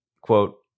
quote